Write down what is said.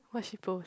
what she post